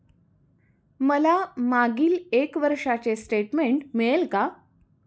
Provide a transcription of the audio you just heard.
मला मागील एक वर्षाचे स्टेटमेंट मिळेल का?